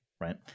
right